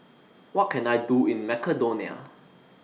What Can I Do in Macedonia